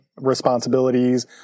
responsibilities